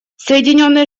соединенные